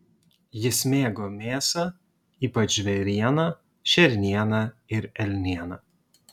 jis mėgo mėsą ypač žvėrieną šernieną ir elnieną